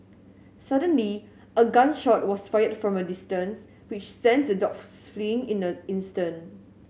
suddenly a gun shot was fired from a distance which sent the dogs fleeing in an instant